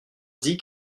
dit